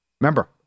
Remember